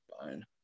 fine